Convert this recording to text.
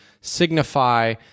signify